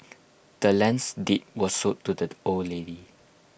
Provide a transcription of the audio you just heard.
the land's deed was sold to the old lady